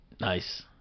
Nice